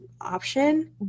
option